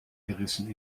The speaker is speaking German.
gerissen